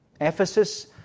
Ephesus